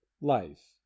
life